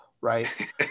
right